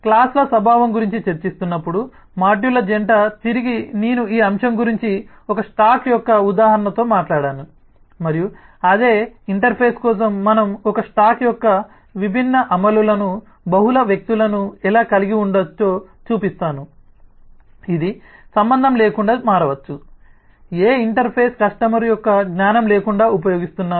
class ల స్వభావం గురించి చర్చిస్తున్నప్పుడు మాడ్యూళ్ల జంట తిరిగి నేను ఈ అంశం గురించి ఒక స్టాక్ యొక్క ఉదాహరణతో మాట్లాడాను మరియు అదే ఇంటర్ఫేస్ కోసం మనం ఒక స్టాక్ యొక్క విభిన్న అమలులను బహుళ వ్యక్తులను ఎలా కలిగి ఉండవచ్చో చూపిస్తాను ఇది సంబంధం లేకుండా మారవచ్చు ఏ ఇంటర్ఫేస్ కస్టమర్ యొక్క జ్ఞానం లేకుండా ఉపయోగిస్తున్నారు